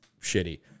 shitty